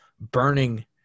burning